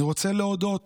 אני רוצה להודות